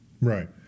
Right